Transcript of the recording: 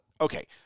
okay